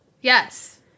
Yes